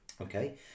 Okay